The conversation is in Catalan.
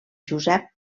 josep